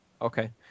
Okay